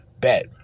Bet